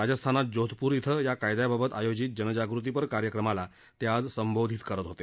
राजस्थानात जोधपूर इथं या कायद्याबाबत आयोजित जनजागृतीपर कार्यक्रमाला ते आज संबोधित करत होते